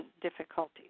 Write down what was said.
difficulties